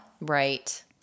right